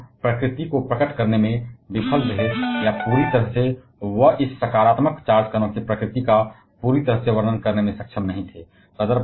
लेकिन वह प्रकृति को प्रकट करने में विफल रहे या पूरी तरह से वह इस सकारात्मक चार्ज कण की प्रकृति का पूरी तरह से वर्णन करने में सक्षम नहीं थे